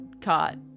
caught